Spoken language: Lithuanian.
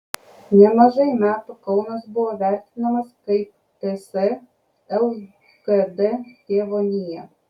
nemažai metų kaunas buvo vertinamas kaip ts lkd tėvonija